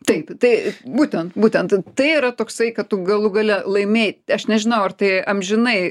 taip tai būtent būtent tai yra toksai kad tu galų gale laimėjai aš nežinau ar tai amžinai